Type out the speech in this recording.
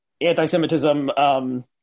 anti-Semitism